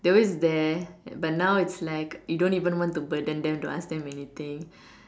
they're always there but now is like you don't even want to burden them to ask them anything